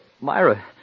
Myra